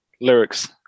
lyrics